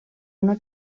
una